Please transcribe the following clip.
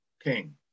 king